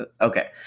okay